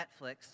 Netflix